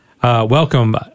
Welcome